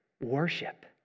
worship